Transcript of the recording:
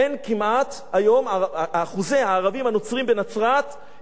אחוזי הערבים הנוצרים בנצרת ירדו פלאים.